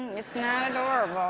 it's not adorable.